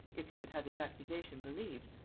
if he would have his accusation believed,